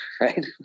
Right